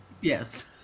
Yes